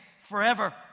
forever